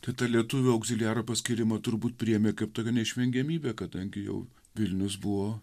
tai tą lietuvių augziliaro paskyrimą turbūt priėmė kaip tokią neišvengiamybę kadangi jau vilnius buvo